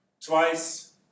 twice